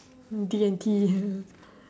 D&T ya